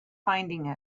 finding